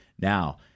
Now